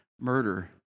murder